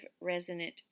resonant